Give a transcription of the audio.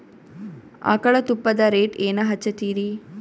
ಆಕಳ ತುಪ್ಪದ ರೇಟ್ ಏನ ಹಚ್ಚತೀರಿ?